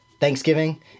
Thanksgiving